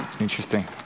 Interesting